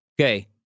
Okay